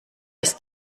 ist